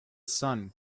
sun